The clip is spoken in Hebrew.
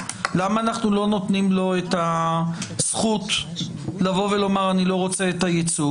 למה אנחנו לא נותנים לו את הזכות לומר שהוא לא רוצה את הייצוג?